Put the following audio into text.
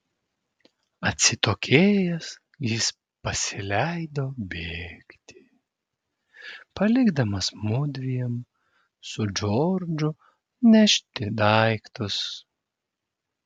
atsitokėjęs jis pasileido bėgti palikdamas mudviem su džordžu nešti daiktus